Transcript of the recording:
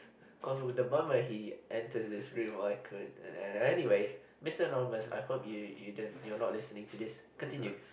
cause with the balm when he enters this room I could anyways Mr Anonymous I hope you you you're not listening to this continue